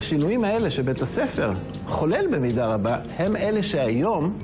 השינויים האלה שבית הספר חולל במידה רבה, הם אלה שהיום...